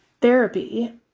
Therapy